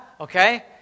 Okay